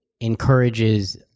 encourages